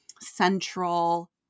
central